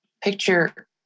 Picture